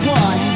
one